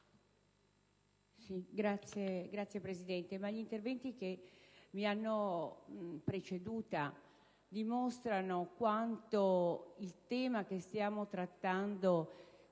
Signora Presidente, gli interventi che mi hanno preceduta dimostrano quanto il tema che stiamo trattando